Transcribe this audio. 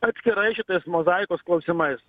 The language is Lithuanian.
atskirai šitais mozaikos klausimais